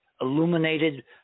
illuminated